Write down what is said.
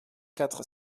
quatre